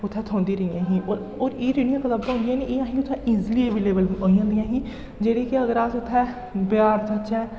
उत्थै थ्होंदी रेहियां ही और और एह् जेह्ड़ियां कताबां होंदियां नी एह् असें गी उत्थै ईजिली अवेलेबल होई जंदियां ही जेह्ड़ी कि अगर अस उत्थै बजार जाचै